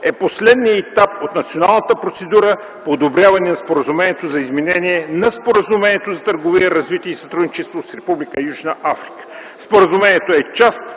е последният етап от националната процедура по одобряване на Споразумението за изменение на Споразумението за търговия, развитие и сътрудничество с Република Южна Африка. Споразумението е част